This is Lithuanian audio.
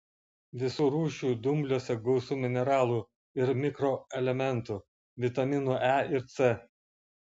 visų rūšių dumbliuose gausu mineralų ir mikroelementų vitaminų e ir c